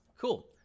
cool